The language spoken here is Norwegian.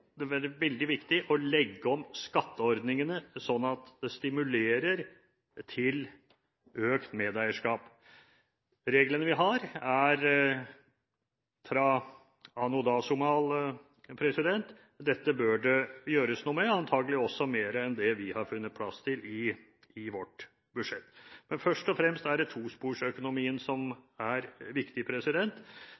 det være veldig viktig å legge om skatteordningene, slik at det stimulerer til økt medeierskap. Reglene vi har, er fra anno dazumal. Dette bør det gjøres noe med, antakelig også mer enn det vi har funnet plass til i vårt budsjett. Men først og fremst er det tosporsøkonomien som